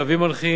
קווים מנחים,